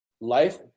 life